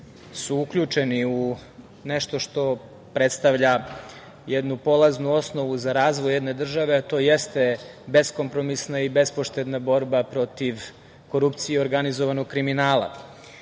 su uključeni u nešto što predstavlja jednu polaznu osnovu za razvoj jedne države, a to jeste beskompromisna i bespoštedna borba protiv korupcije i organizovanog kriminala. Ja